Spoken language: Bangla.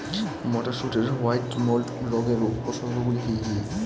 মটরশুটির হোয়াইট মোল্ড রোগের উপসর্গগুলি কী কী?